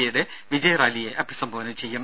A വിജയറാലിയെ അഭിസംബോധന ചെയ്യും